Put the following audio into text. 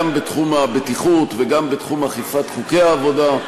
גם בתחום הבטיחות וגם בתחום אכיפת חוקי העבודה,